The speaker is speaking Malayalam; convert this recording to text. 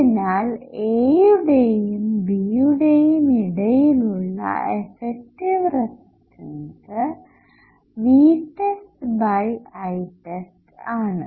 അതിനാൽ A യുടെയും B യുടെയും ഇടയിലുള്ള എഫക്റ്റീവ് റെസിസ്റ്റൻസ് VtestItest ആണ്